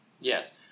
Yes